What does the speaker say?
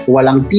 Walang